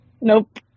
Nope